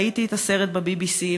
ראיתי את הסרט ב-BBC,